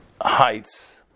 heights